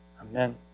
Amen